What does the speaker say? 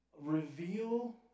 reveal